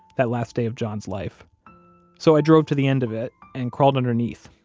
that last day of john's life so i drove to the end of it and crawled underneath.